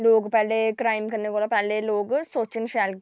लोग पैह्लें क्राईम करने कोला पैह्लें सोचन